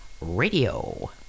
Radio